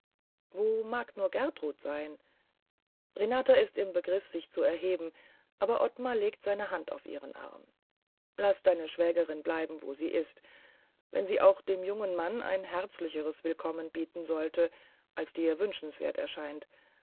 wo mag nur gertrud sein renata ist im begriff sich zu erheben aber ottmar legt seine hand auf ihren arm laß deine schwägerin bleiben wo sie ist wenn sie auch dem jungen mann ein herzlicheres willkommen bieten sollte als dir wünschenswert erscheint